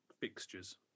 fixtures